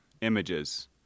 images